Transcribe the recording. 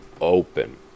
open